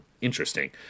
interesting